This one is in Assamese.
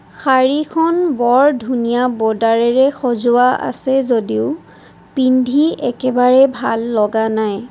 শাৰীখন বৰ ধুনীয়া বৰ্ডাৰেৰে সজোৱা আছে যদিও পিন্ধি একেবাৰেই ভাল লগা নাই